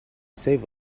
save